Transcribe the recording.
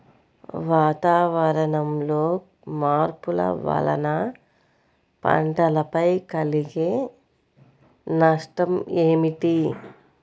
వాతావరణంలో మార్పుల వలన పంటలపై కలిగే నష్టం ఏమిటీ?